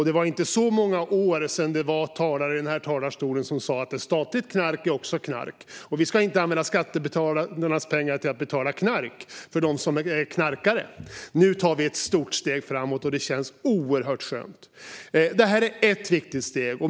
Det var inte så många år sedan som talare i denna talarstol sa: Ett statligt knark är också knark, och vi ska inte använda skattebetalarnas pengar för att betala knark till dem som är knarkare. Nu tar vi ett stort steg framåt, och det känns oerhört skönt. Detta är ett viktigt steg.